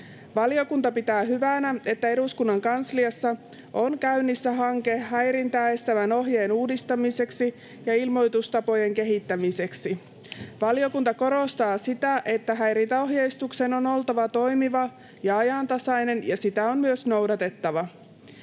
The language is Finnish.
Valiokunta pitää hyvänä, että eduskunnan kansliassa on käynnissä hanke häirintää estävän ohjeen uudistamiseksi ja ilmoitustapojen kehittämiseksi. Valiokunta korostaa sitä, että häirintäohjeistuksen on oltava toimiva ja ajantasainen ja sitä on myös noudatettava.